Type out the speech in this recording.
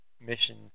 mission